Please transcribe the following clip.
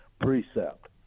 precept